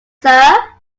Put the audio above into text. sir